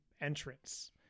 entrance